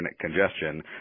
congestion